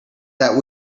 that